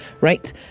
Right